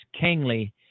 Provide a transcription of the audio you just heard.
Kangley